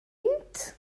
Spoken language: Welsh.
mynd